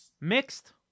mixed